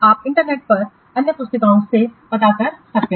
आप इंटरनेट पर अन्य पुस्तकों से पता कर सकते हैं